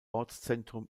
ortszentrum